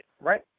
Right